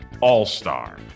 All-star